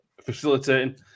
facilitating